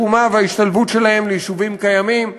מבחינת התרומה וההשתלבות שלהם ליישובים קיימים,